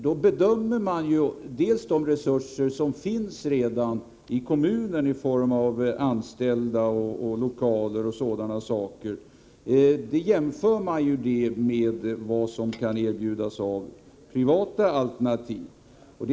Då bedömer man ju de resurser som redan finns i kommunen i form av anställda, lokaler och sådana saker och jämför dem med vad som kan erbjudas i privata alternativ.